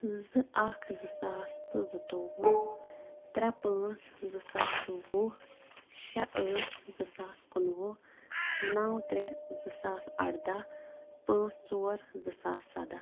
زٕ اکھ زٕ ساس تہٕ زٕتووُہ ترٛےٚ پانٛژھ زٕ ساس وُہ شےٚ ٲٹھ زٕ ساس کُنہٕ وُہ نَو ترٛےٚ زٕ ساس اَرداہ پانٛژھ ژور زٕ ساس سَداہ